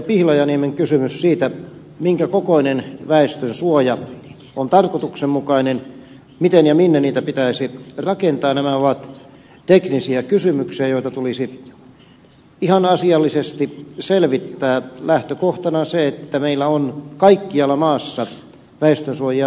pihlajaniemen kysymykset siitä minkä kokoinen väestönsuoja on tarkoituksenmukainen miten ja minne niitä pitäisi rakentaa ovat teknisiä kysymyksiä joita tulisi ihan asiallisesti selvittää lähtökohtana se että meillä on kaikkialla maassa väestönsuojia tavoitettavissa